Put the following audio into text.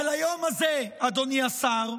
אבל היום הזה, אדוני השר,